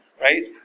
right